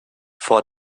vor